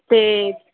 ਅਤੇ